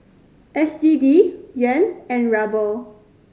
S G D Yuan and Ruble